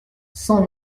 cent